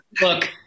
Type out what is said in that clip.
Look